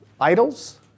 idols